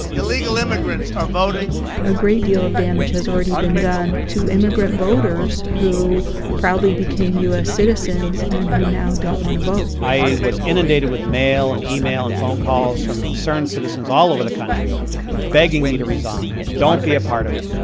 illegal immigrants are voting a great deal of damage has already been done to immigrant voters who proudly became u s. citizens and who now don't want to vote i was inundated with mail and e-mail and phone calls from concerned citizens all over the country begging me to resign. don't be a part of it.